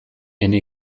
ene